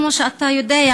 כמו שאתה יודע,